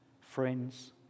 friends